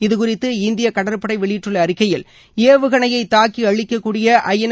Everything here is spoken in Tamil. இது குறித்து இந்திய கடற்படை வெளியிட்டுள்ள அறிக்கையில் ஏவுக்கனையை தாக்கி அழிக்கக்கூடிய ஐஎன்